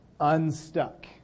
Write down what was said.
unstuck